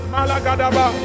Malagadaba